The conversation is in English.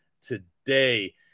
today